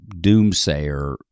doomsayer